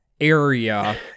area